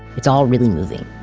it's all really moving,